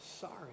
Sorry